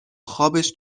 خابش